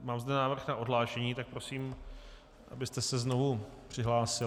Mám zde návrh na odhlášení, tak prosím, abyste se znovu přihlásili.